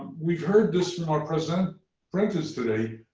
we've heard this from our presenters presenters today.